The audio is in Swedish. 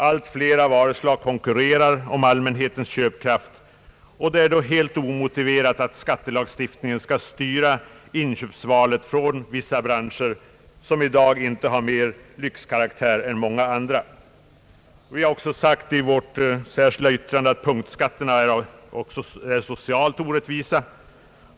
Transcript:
Allt flera varuslag konkurrerar om allmänhetens köpkraft, och det är då helt omotiverat att skattelagstiftningen skall styra inköpsvalet från vissa branscher som i dag inte har mera lyxkaraktär än många andra. Vi har också i vårt särskilda yttrande sagt att punktskatterna är socialt orättvisa.